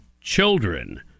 children